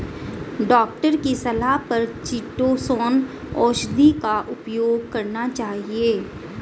doctor की सलाह पर चीटोसोंन औषधि का उपयोग करना चाहिए